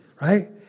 right